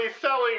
selling